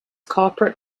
corporate